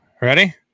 Ready